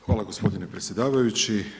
Hvala gospodine predsjedavajući.